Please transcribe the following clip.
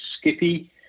Skippy